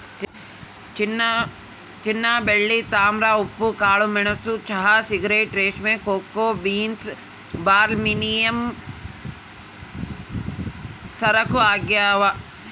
ಚಿನ್ನಬೆಳ್ಳಿ ತಾಮ್ರ ಉಪ್ಪು ಕಾಳುಮೆಣಸು ಚಹಾ ಸಿಗರೇಟ್ ರೇಷ್ಮೆ ಕೋಕೋ ಬೀನ್ಸ್ ಬಾರ್ಲಿವಿನಿಮಯ ಸರಕು ಆಗ್ಯಾವ